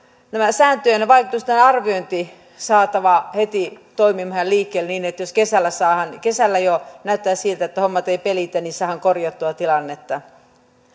sääntöjen ja vaikutusten arviointi saatava heti toimimaan ja liikkeelle niin että jos kesällä jo näyttää siltä että hommat eivät pelitä niin saadaan korjattua tilannetta